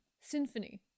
symphony